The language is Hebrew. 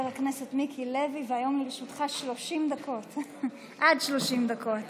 היום לרשותך עד 30 דקות.